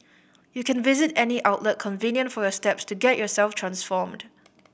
you can visit any outlet convenient for your step to get yourself transformed